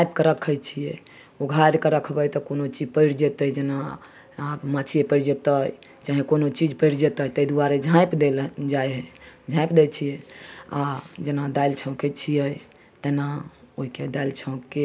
कीनि कए आनै छियै दोकान सऽ तऽ मैदा मैदाके टिकरीके फेट कए सुज्जी मैदा फेट कए बनैली ओहिमे रिफाइन फेट कए खस्ता खस्ता खस्ता बनैली टिकरी पिरिकिया बना कए आ तब